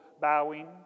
bowing